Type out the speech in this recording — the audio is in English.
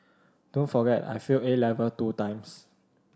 don't forget I failed A level two times